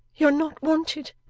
you're not wanted,